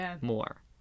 more